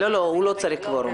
הוא לא מצריך קוורום.